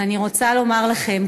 ואני רוצה לומר לכם,